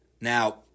Now